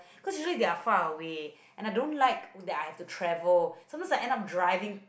cause usually they are far away and I don't like that I have to travel sometimes I end up driving